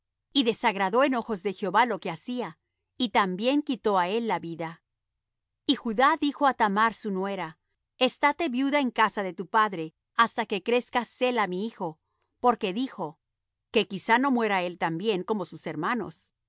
y desagradó en ojos de jehová lo que hacía y también quitó á él la vida y judá dijo á thamar su nuera estáte viuda en casa de tu padre hasta que crezca sela mi hijo porque dijo que quizá no muera él también como sus hermanos